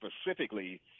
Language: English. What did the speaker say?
specifically